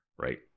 right